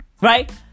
Right